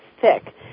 thick